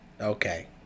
Okay